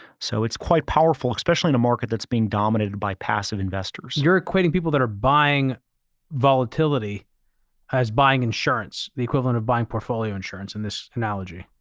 so it's quite powerful, especially in a market that's being dominated by passive investors. you're equating people that are buying volatility as buying insurance, the equivalent of buying portfolio insurance in this analogy.